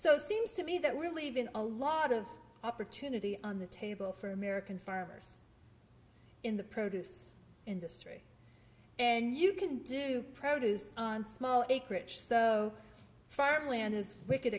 so seems to be that really been a lot of opportunity on the table for american farmers in the produce industry and you can do produce on small acreage so farmland is wicked